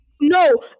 No